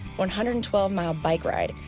one hundred and twelve mile bike ride,